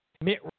Mitt